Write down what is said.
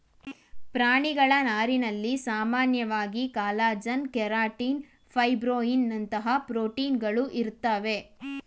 ಪ್ರಾಣಿಗಳ ನಾರಿನಲ್ಲಿ ಸಾಮಾನ್ಯವಾಗಿ ಕಾಲಜನ್ ಕೆರಟಿನ್ ಮತ್ತು ಫೈಬ್ರೋಯಿನ್ನಂತಹ ಪ್ರೋಟೀನ್ಗಳು ಇರ್ತವೆ